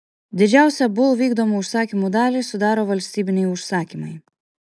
didžiausią bull vykdomų užsakymų dalį sudaro valstybiniai užsakymai